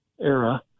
era